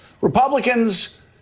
Republicans